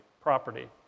property